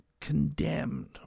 condemned